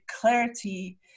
clarity